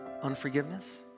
unforgiveness